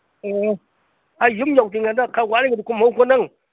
ꯑꯣ ꯍꯩ ꯌꯨꯝ ꯌꯧꯗ꯭ꯔꯤꯉꯩꯗ ꯈꯔ ꯋꯥꯠꯂꯤꯉꯥꯏꯗ ꯀꯨꯝꯍꯧꯀꯣ ꯅꯪ